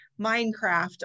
Minecraft